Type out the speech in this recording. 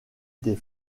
des